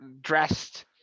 dressed